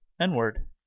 N-Word